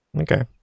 Okay